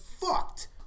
fucked